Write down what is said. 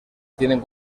tienen